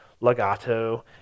legato